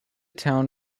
town